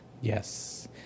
Yes